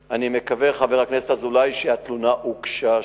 חבר הכנסת אזולאי, אני מקווה שהתלונה הוגשה שם.